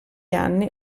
anni